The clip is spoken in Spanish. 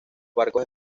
barcos